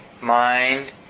mind